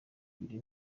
ibiri